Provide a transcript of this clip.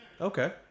Okay